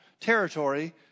territory